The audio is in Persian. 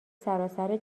سراسر